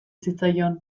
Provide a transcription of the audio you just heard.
zitzaion